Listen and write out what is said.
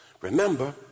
Remember